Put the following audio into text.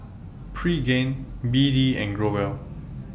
Pregain B D and Growell